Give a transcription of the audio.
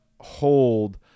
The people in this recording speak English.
hold